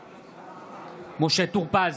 נגד משה טור פז,